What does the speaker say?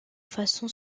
façon